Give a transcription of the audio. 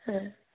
হ্যাঁ